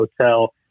hotel